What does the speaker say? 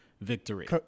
victory